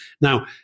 Now